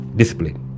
discipline